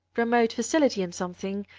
promote facility in something,